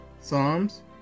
Psalms